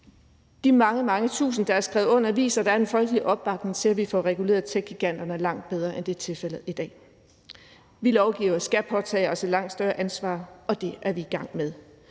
De mange, mange tusind, der har skrevet under, viser, at der er en folkelig opbakning til, at vi får reguleret techgiganterne langt bedre, end det er tilfældet i dag. Vi lovgivere skal påtage os et langt større ansvar, og det er vi i gang med.